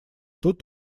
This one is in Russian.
тут